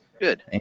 Good